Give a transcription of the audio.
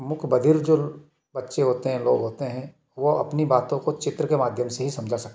मुख बधिर जो बच्चे होते हैं लोग होते हैं वो अपनी बातों को चित्र के माध्यम से ही समझा सकते हैं